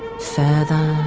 further,